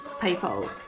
people